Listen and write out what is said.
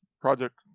Project